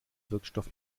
wirkstoff